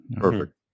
Perfect